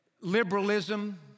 liberalism